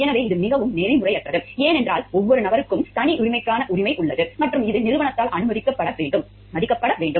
எனவே இது மிகவும் நெறிமுறையற்றது ஏனென்றால் ஒவ்வொரு நபருக்கும் தனியுரிமைக்கான உரிமை உள்ளது மற்றும் இது நிறுவனத்தால் மதிக்கப்பட வேண்டும்